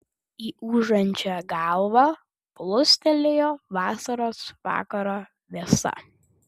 į ūžiančią galvą plūstelėjo vasaros vakaro vėsa